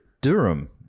Durham